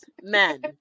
men